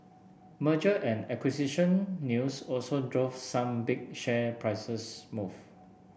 merger and acquisition news also drove some big share prices move